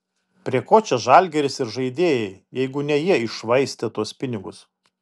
prie ko čia žalgiris ir žaidėjai jeigu ne jie iššvaistė tuos pinigus